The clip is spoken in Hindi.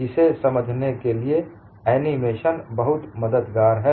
इसे समझने के लिए एनीमेशन बहुत मददगार है